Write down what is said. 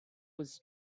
was